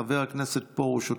חבר הכנסת פרוש,